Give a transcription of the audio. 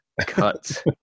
cut